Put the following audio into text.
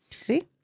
See